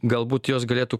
galbūt jos galėtų